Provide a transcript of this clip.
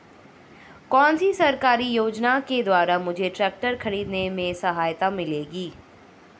कौनसी सरकारी योजना के द्वारा मुझे ट्रैक्टर खरीदने में सहायता मिलेगी?